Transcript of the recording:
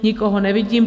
Nikoho nevidím.